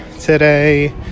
today